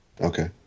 Okay